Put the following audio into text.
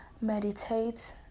meditate